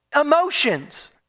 emotions